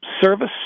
service